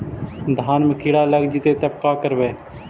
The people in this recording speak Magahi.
धान मे किड़ा लग जितै तब का करबइ?